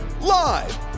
Live